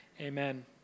amen